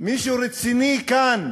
מישהו רציני כאן